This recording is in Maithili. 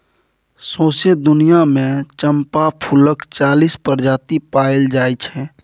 सौंसे दुनियाँ मे चंपा फुलक चालीस प्रजाति पाएल जाइ छै